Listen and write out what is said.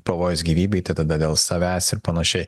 pavojus gyvybei tada da dėl savęs ir panašiai